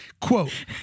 Quote